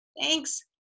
Thanks